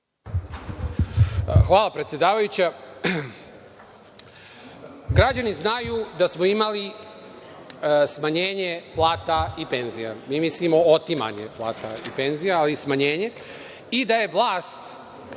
Hvala, predsedavajuća. Građani znaju da smo imali smanjenje plata i penzija, mi mislimo otimanje od plata i penzija ali smanjenje i da je vlast